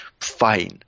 Fine